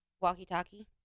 Walkie-talkie